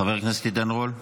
חבר הכנסת עידן רול.